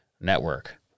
network